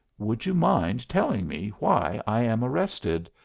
would you mind telling me why i am arrested,